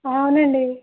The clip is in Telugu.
అవునండి